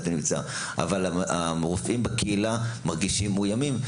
אבל הרופאים בקהילה מרגישים מאוימים,